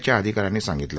च्या अधिकाऱ्यांनी सांगितलं